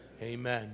amen